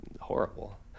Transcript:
horrible